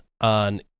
on